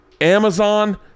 Amazon